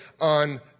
on